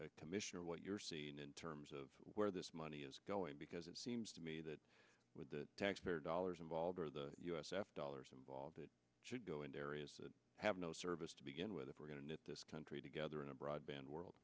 a commissioner what you're seeing in terms of where this money is going because it seems to me that with the taxpayer dollars involved or the u s f dollars involved it should go into areas that have no service to begin with if we're going to get this country together in a broadband world